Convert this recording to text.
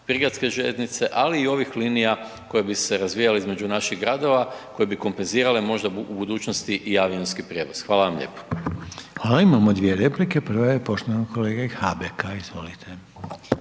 prigradske željeznice ali i ovih linija koje bi se razvijale između naših gradove, koje bi kompenzirale možda u budućnosti i avionski prijevoz. Hvala vam lijepo. **Reiner, Željko (HDZ)** Hvala. Imamo dvije replike, prva je poštovanog kolege Habeka, izvolite.